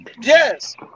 yes